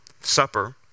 supper